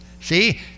see